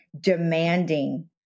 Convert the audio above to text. demanding